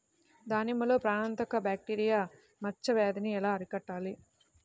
దానిమ్మలో ప్రాణాంతక బ్యాక్టీరియా మచ్చ వ్యాధినీ ఎలా అరికట్టాలి?